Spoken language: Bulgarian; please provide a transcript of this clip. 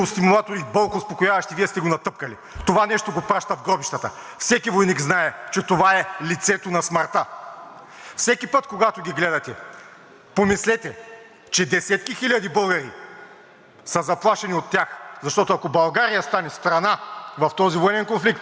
Всеки път, когато ги гледате, помислете, че десетки хиляди българи са заплашени от тях, защото, ако България стане страна в този военен конфликт, защото точно това беше писано вчера – осигуряване на военна и военно-техническа помощ, ако мислите, че военно-техническа е това,